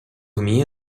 вміє